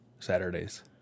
Saturdays